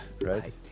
Right